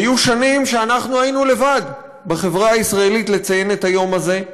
היו שנים שאנחנו היינו לבד בחברה הישראלית בציון היום הזה,